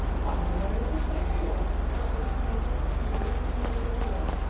why, a lawyer just like you are except that he has lots to do and can never get away.